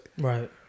Right